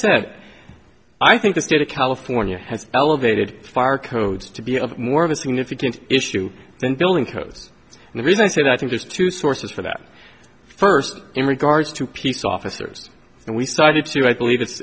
said i think the state of california has elevated fire codes to be of more of a significant issue than building codes and the reason said i think there's two sources for that first in regards to peace officers and we started to i believe it's